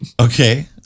Okay